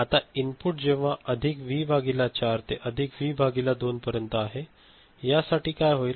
आता इनपुट जेव्हा अधिक व्ही भागिले चार ते अधिक व्ही भागिले दोन पर्यंत आहे या साठी काय होईल